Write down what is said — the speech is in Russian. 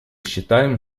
считаем